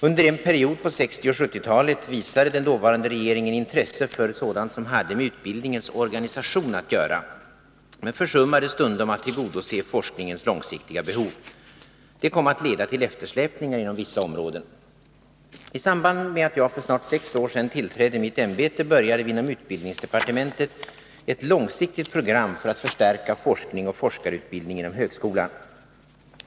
Under en period på 1960 och 1970-talen visade den dåvarande regeringen intresse för sådant som hade med utbildningens organisation att göra, men försummade stundom att tillgodose forskningens långsiktiga behov. Detta kom att leda till eftersläpningar inom vissa områden. I samband med att jag för snart sex år sedan tillträdde mitt ämbete började vi inom utbildningsdepartementet ett långsiktigt program för att förstärka forskning och forskarutbildning inom högskolan.